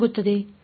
Student